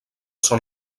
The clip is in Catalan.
són